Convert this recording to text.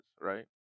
right